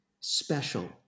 special